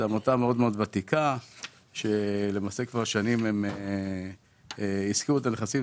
זאת עמותה מאוד-מאוד ותיקה שכבר שנים השכירה את הנכסים.